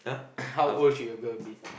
how old should your girl be